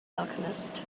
alchemist